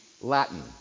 Latin